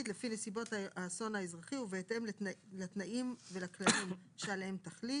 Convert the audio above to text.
לפי נסיבות האסון האזרחי ובהתאם לתנאים ולכללים שעליהם תחליט,